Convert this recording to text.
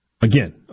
Again